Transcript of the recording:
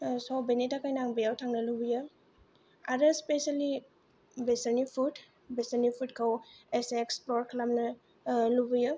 स' बेनि थाखायनो आं बेयाव थांनो लुगैयो आरो स्पेशलि बेसोरनि फुड बेसोरनि फुडखौ एसे एक्सप्लर खालामनो लुगैयो